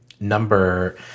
number